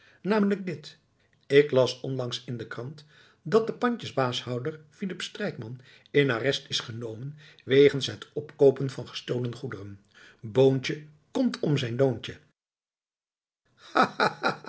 namelijk dit ik las onlangs in de krant dat de pandjeshuishouder philip strijkman in arrest is genomen wegens het opkoopen van gestolen goederen boontje komt om zijn loontje